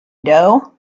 dough